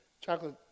Chocolate